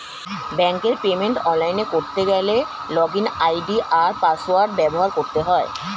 ব্যাঙ্কের পেমেন্ট অনলাইনে করতে গেলে লগইন আই.ডি আর পাসওয়ার্ড ব্যবহার করতে হয়